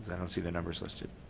don't see the numbers listed.